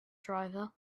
driver